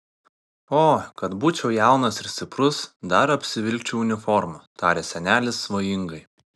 o kad būčiau jaunas ir stiprus dar apsivilkčiau uniformą tarė senelis svajingai